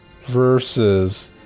versus